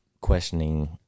questioning